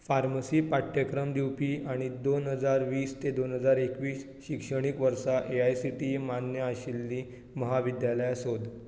pharmacy पाठ्यक्रम दिवपी आनी दोन हजार वीस ते दोन हजार एकवीस शिक्षणीक वर्सा A I C T E मान्य आशिल्ली म्हाविद्यालयां सोद